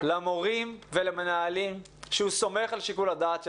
למורים ולמנהלים שהוא סומך על שיקול הדעת שלהם.